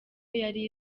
yari